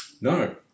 No